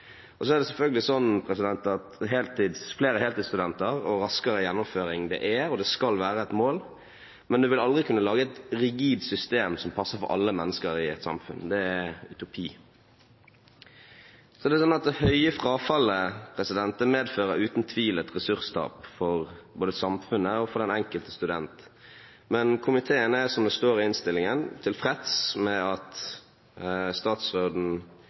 er selvfølgelig slik at flere heltidsstudenter og raskere gjennomføring er og skal være et mål, men man vil aldri kunne lage et rigid system som passer for alle mennesker i et samfunn – det er en utopi. Det høye frafallet medfører uten tvil et ressurstap for både samfunnet og den enkelte student, men komiteen er, som det står i innstillingen, tilfreds med at statsråden